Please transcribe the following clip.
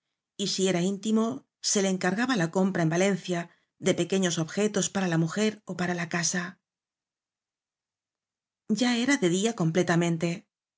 y si era íntimo se le encargaba la compra en valencia de pequeños objetos para la mujer ó para la casa ya era de día completamente